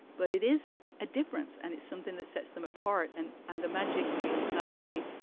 but it is a difference and it's something that sets them apart. and and the magic feels that way.